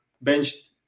benched